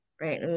Right